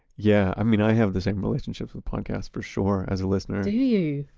yeah. i mean i have the same relationship with podcasts for sure, as a listener do you?